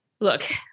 Look